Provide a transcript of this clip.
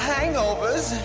Hangovers